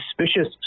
suspicious